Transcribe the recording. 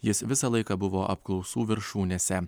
jis visą laiką buvo apklausų viršūnėse